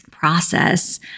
Process